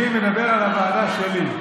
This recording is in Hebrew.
אני מדבר על הוועדה שלי.